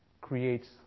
creates